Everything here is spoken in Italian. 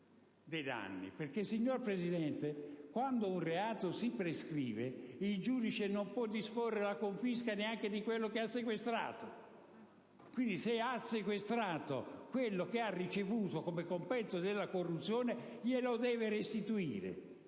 danni. Signora Presidente, quando un reato si prescrive, il giudice non può disporre la confisca neanche di quanto ha sequestrato. Quindi, se ha sequestrato ciò che ha ricevuto come compenso della corruzione, lo deve restituire.